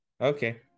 Okay